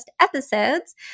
episodes